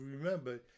remember